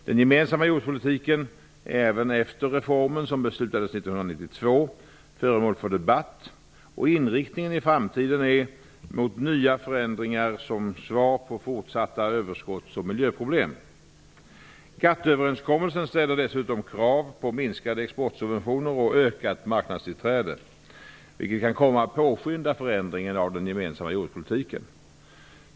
Den gemensamma jordbrukspolitiken är även efter reformen, som beslutades 1992, föremål för debatt, och inriktningen i framtiden är mot nya förändringar, som svar på fortsatta överskotts och miljöproblem. GATT-överenskommelsen ställer dessutom krav på minskade exportsubventioner och ökat marknadstillträde, vilket kan komma att påskynda förändringen av den gemensamma jordbrukspolitiken.